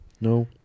No